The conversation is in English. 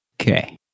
Okay